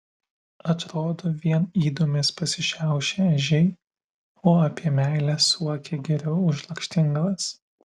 atrodo vien ydomis pasišiaušę ežiai o apie meilę suokia geriau už lakštingalas